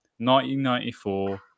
1994